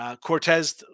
Cortez